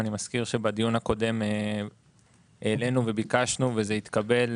אני אזכיר שבדיון הקודם העלנו וביקשנו וזה התקבל,